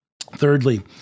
Thirdly